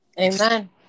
Amen